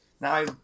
now